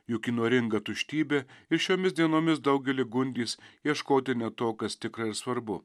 juk įnoringa tuštybė ir šiomis dienomis daugelį gundys ieškoti ne to kas tikra ir svarbu